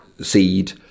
seed